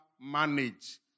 manage